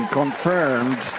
confirmed